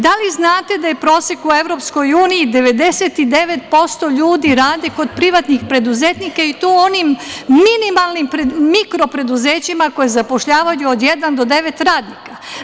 Da li znate da je prosek u EU 99% ljudi rade kod privatnih preduzetnika i to u onim minimalnim, mikro preduzećima koje zapošljavaju od jedan do devet radnika.